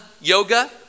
yoga